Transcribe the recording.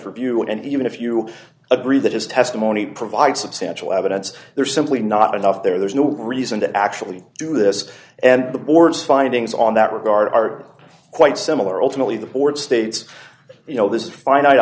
review and even if you agree that his testimony provide substantial evidence there's simply not enough there there's no reason to actually do this and the board's findings on that regard are quite similar ultimately the board states you know this is finite